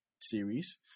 series